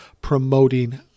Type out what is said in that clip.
promoting